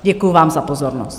Děkuji vám za pozornost.